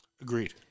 Agreed